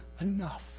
enough